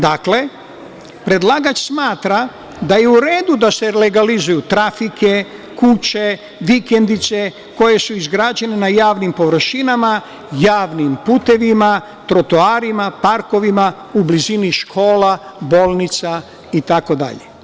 Dakle, predlagač smatra da je u redu da se legalizuju trafike, kuće, vikendice koje su izgrađene na javnim površinama, javnim putevima, trotoarima, parkovima, u blizini škola, bolnica itd.